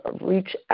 reach